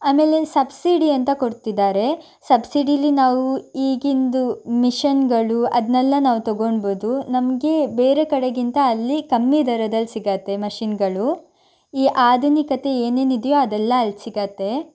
ಆಮೇಲೆ ಸಬ್ಸಿಡಿ ಅಂತ ಕೊಡ್ತಿದ್ದಾರೆ ಸಬ್ಸಿಡಿಯಲ್ಲಿ ನಾವು ಈಗಿಂದು ಮಿಷನ್ಗಳು ಅದನ್ನೆಲ್ಲ ನಾವು ತೊಗೊಂಡ್ಬೋದು ನಮಗೆ ಬೇರೆ ಕಡೆಗಿಂತ ಅಲ್ಲಿ ಕಮ್ಮಿ ದರದಲ್ಲಿ ಸಿಗತ್ತೆ ಮಷಿನ್ಗಳು ಈ ಆಧುನಿಕತೆ ಏನೇನಿದೆಯೋ ಅದೆಲ್ಲ ಅಲ್ಲಿ ಸಿಗತ್ತೆ